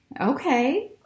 Okay